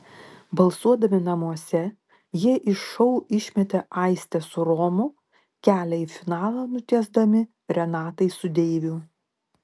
balsuodami namuose jie iš šou išmetė aistę su romu kelią į finalą nutiesdami renatai su deiviu